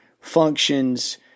functions